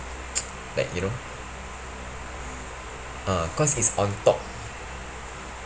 like you know uh cause is on top